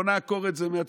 בוא נעקור את זה מהתפילה.